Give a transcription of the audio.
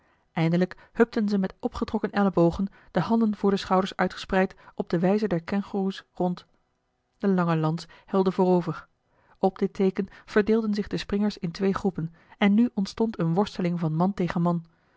eindelijk hupten ze met opgetrokken ellebogen de handen voor de schouders uitgespreid op de wijze der kengoeroes rond de lange lans helde voorover op dit teeken verdeelden zich de springers in twee groepen en nu ontstond eene worsteling van man tegen man